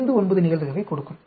0059 நிகழ்தகவைக் கொடுக்கும்